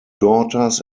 daughters